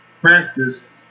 practice